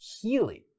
healing